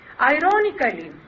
Ironically